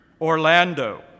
Orlando